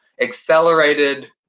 accelerated